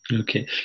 Okay